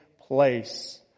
place